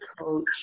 Coach